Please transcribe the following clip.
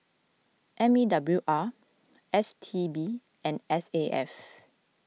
M E W R S T B and S A F